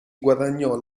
guadagnò